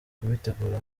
kubitegura